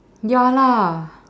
ya lah